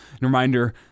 reminder